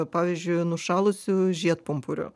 pavyzdžiui nušalusių žiedpumpurių